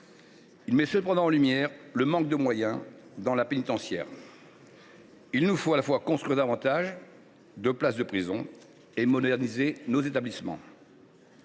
Il met cependant en lumière le manque de moyens de la pénitentiaire : il nous faut à la fois construire davantage de places de prison et moderniser nos établissements.